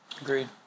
Agreed